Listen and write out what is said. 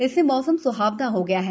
इससे मौसम स्हाना हो गया है